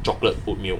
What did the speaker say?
chocolate oat milk